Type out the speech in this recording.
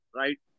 right